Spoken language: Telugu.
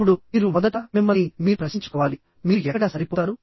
ఇప్పుడు మీరు మొదట మిమ్మల్ని మీరు ప్రశ్నించుకోవాలి మీరు ఎక్కడ సరిపోతారు